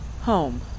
home